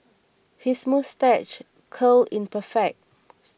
his moustache curl is perfect